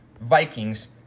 Vikings